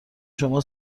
شما